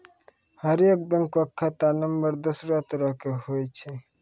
हरेक बैंको के खाता नम्बर दोसरो तरह के होय छै